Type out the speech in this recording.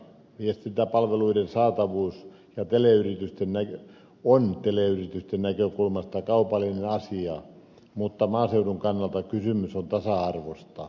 viestintäpalveluiden saatavuus on teleyritysten näkökulmasta kaupallinen asia mutta maaseudun kannalta kysymys on tasa arvosta